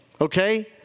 okay